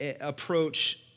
approach